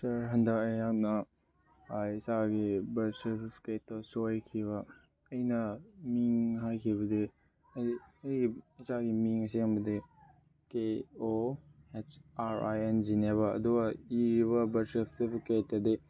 ꯁꯥꯔ ꯍꯟꯗꯛ ꯑꯩꯍꯥꯛꯅ ꯏꯆꯥꯒꯤ ꯕꯥꯔꯠ ꯁꯥꯔꯇꯤꯐꯤꯀꯦꯠꯇ ꯁꯣꯏꯈꯤꯕ ꯑꯩꯅ ꯃꯤꯡ ꯍꯥꯏꯈꯤꯕꯗꯤ ꯑꯩ ꯑꯩꯒꯤ ꯏꯆꯥꯒꯤ ꯃꯤꯡ ꯑꯁꯦꯡꯕꯗꯤ ꯀꯦ ꯑꯣ ꯍꯩꯆ ꯑꯥꯔ ꯑꯥꯏ ꯑꯦꯟ ꯖꯤꯅꯦꯕ ꯑꯗꯨꯒ ꯏꯔꯤꯕ ꯕꯥꯔꯠ ꯁꯥꯔꯇꯤꯐꯤꯀꯦꯠꯇꯗꯤ